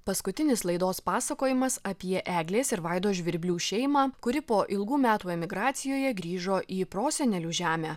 paskutinis laidos pasakojimas apie eglės ir vaido žvirblių šeimą kuri po ilgų metų emigracijoje grįžo į prosenelių žemę